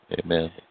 Amen